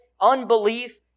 unbelief